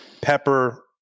pepper